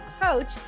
coach